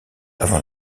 avant